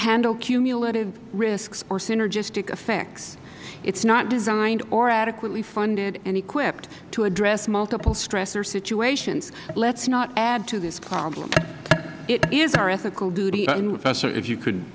handle cumulative risks or synergistic effects it is not designed or adequately funded and equipped to address multiple stressor situations let's not add to this problem it is our ethical duty